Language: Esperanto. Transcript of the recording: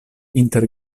inter